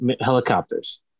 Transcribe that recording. helicopters